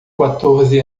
quatorze